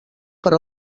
per